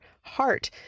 heart